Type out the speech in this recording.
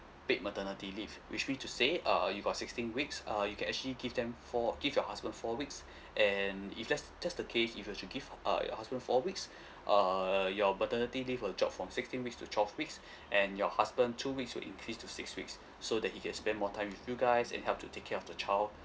paid maternity leave which means to say err you've got sixteen weeks uh you can actually give them four give your husband four weeks and if that's that's the case if you were to give uh your husband four weeks err your maternity leave will drop from sixteen weeks to twelve weeks and your husband two weeks will increase to six weeks so that he can spend more time with you guys and help to take care of the child